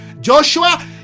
joshua